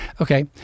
Okay